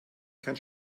kein